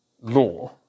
law